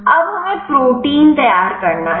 अब हमें प्रोटीन तैयार करना है